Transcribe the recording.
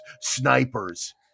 snipers